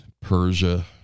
Persia